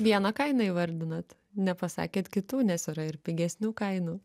vieną kainą įvardinot nepasakėt kitų nes yra ir pigesnių kainų